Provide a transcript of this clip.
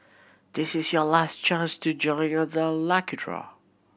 this is your last chance to join you the lucky draw